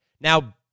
Now